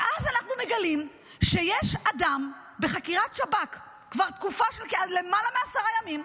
ואז אנחנו מגלים שיש אדם בחקירת שב"כ כבר תקופה של למעלה מעשרה ימים,